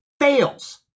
fails